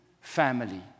family